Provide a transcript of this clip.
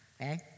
okay